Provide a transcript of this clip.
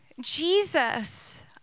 Jesus